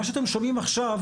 מה שאתם שומעים עכשיו,